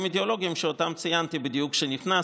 אידיאולוגיים שאותם ציינתי בדיוק כשנכנסת,